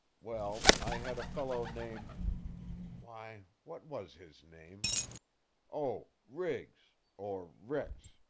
well, i had a fellow named why, what was his name oh, riggs, or rix,